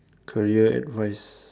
career advice